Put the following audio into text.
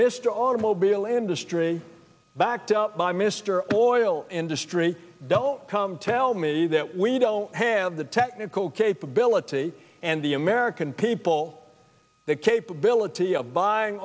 mr automobile industry backed up by mr all oil industry don't come tell me that we don't have the technical capability and the american people the capability of buying